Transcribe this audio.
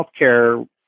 healthcare